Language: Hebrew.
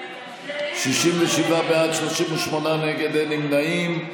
67 בעד, 38 נגד, אין נמנעים.